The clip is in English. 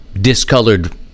discolored